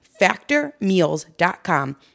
factormeals.com